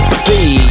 see